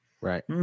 Right